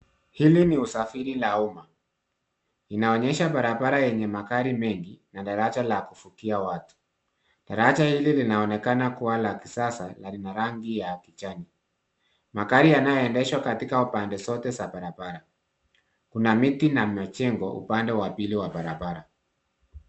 Hili ni usafiri la uma linaonyesha barabara yenye magari mengi na daraja la kuvukia watu. Daraja hili linaonekana kuwa la kisasa na lina rangi ya kijani. Magari yanayoendeshwa katika pande zote za barabara, kuna miti na majengo upande wa pili wa barabara.